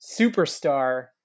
superstar